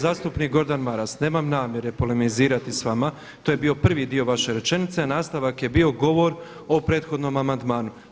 Zastupnik Gordan Maras, nemam namjere polemizirati s vama, to je bio prvi dio vaše rečenice, a nastavak je bio govor o prethodnom amandmanu.